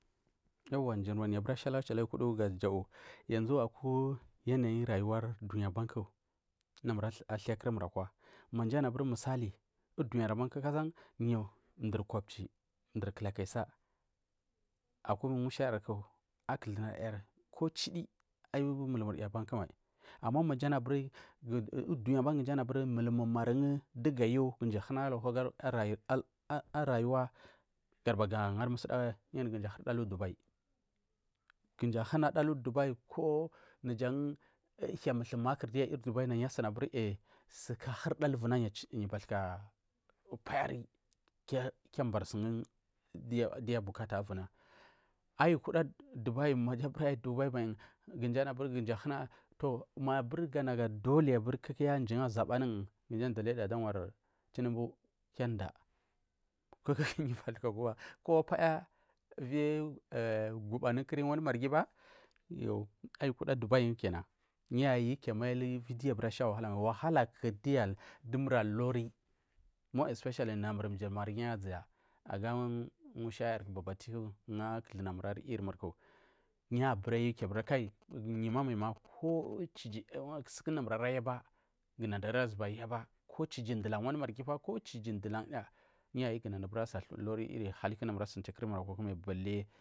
Kowani mji manda a buramai achili ayu guɗu gala jau yazu aku yanayi rayuwa ku aɓanku du mur athar kumur akwa ku ma mji anu abur milsali aku duny ar afai knu mdur kopeɦ mdur kilakisa aku mushayaku akithunayaku ayu akwa mai ama udunya aban ma mji anu mulmari gu dugu ayu gara boul raywa aban yu anu ku mdu ahurda alu ɗuɓɗai ko najan hia muthu ko makur yu asini abir suku ahurda aliku yu bathika payari kiu aɓari su giu abukata ifuna ma ayukuda dubai mai ma nada kiu inda adawari tinubu kowa paya wir goba anu kuryi wanu marghi ju ayukuda dukni gu kina more especially wahala ku dumir asari maja namur mughi gu aburi gu ki mai gu mai ma ko chiji mur ara yaba ko chiji ndulan wanu marghi yay u kiu abura sa ulari mai bali.